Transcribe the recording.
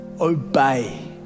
obey